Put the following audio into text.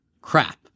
crap